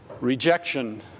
Rejection